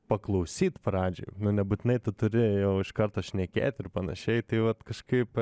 paklausyti pradžioj nebūtinai tu turi jau iš karto šnekėt ir panašiai tai vat kažkaip